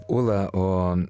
ula o